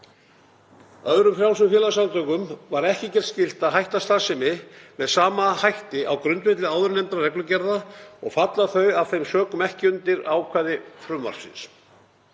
Öðrum frjálsum félagasamtökum var ekki gert skylt að hætta starfsemi með sama hætti á grundvelli áðurnefndra reglugerða og falla þau af þeim sökum ekki undir ákvæði frumvarpsins.